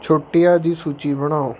ਛੁੱਟੀਆਂ ਦੀ ਸੂਚੀ ਬਣਾਓ